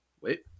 wait